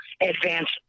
advance